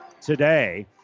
today